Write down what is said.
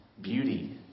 beauty